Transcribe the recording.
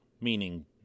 meaning